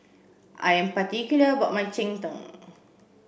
I am particular about my Cheng Tng